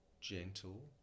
gentle